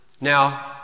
Now